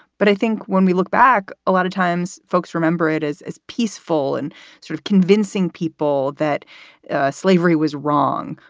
but i think when we look back, a lot of times folks remember it is as peaceful and sort of convincing people that slavery was wrong.